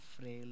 frail